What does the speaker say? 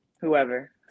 whoever